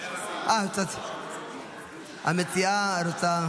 המציעה רוצה